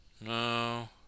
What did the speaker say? No